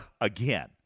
again